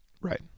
Right